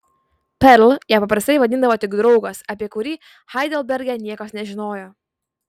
perl ją paprastai vadindavo tik draugas apie kurį heidelberge niekas nežinojo